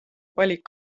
valik